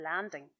landing